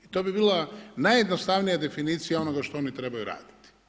To bi bila najjednostavnija definicija onoga što oni trebaju radit.